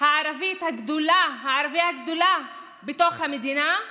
הערבית הגדולה בתוך המדינה?